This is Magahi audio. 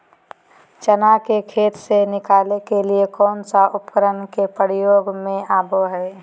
चना के खेत से निकाले के लिए कौन उपकरण के प्रयोग में आबो है?